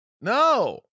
no